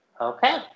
Okay